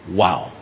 wow